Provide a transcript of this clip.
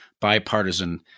bipartisan